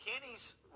Kenny's